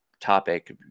topic